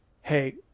Hey